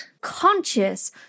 conscious